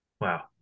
Wow